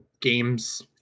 games